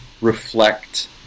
reflect